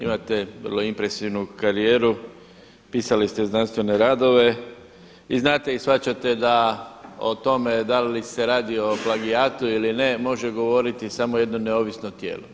Imate vrlo impresivnu karijeru, pisali ste znanstvene radove i znate i shvaćate da o tome da li se radi o plagijatu ili ne može govoriti samo jedno neovisno tijelo.